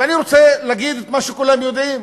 ואני רוצה להגיד את מה שכולם יודעים: